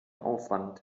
aufwand